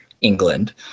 England